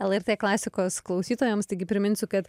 lrt klasikos klausytojams taigi priminsiu kad